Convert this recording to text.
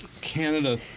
Canada